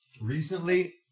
recently